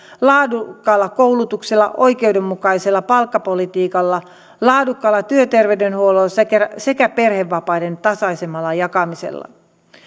laadukkaalla koulutuksella oikeudenmukaisella palkkapolitiikalla laadukkaalla työterveydenhuollolla sekä sekä perhevapaiden tasaisemmalla jakamisella